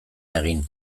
egin